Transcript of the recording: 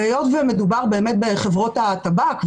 והיות ומדובר באמת בחברות הטבק,